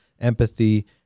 empathy